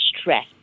stress